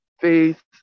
Faith